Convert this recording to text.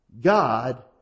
God